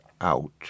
out